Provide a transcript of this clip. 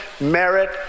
merit